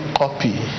copy